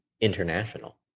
international